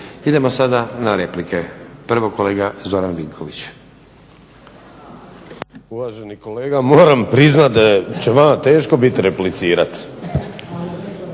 Idemo sada na replike. Prvo kolega Zoran Vinković. **Vinković, Zoran (HDSSB)** Uvaženi kolega, moram priznat da će vama teško bit replicirat.